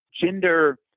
gender